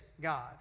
God